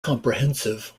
comprehensive